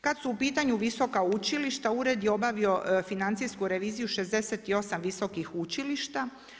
Kada su u pitanju visoka učilišta, ured je obavio financijsku reviziju 68 visokih učilišta.